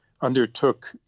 undertook